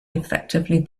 effectively